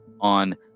on